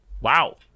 Wow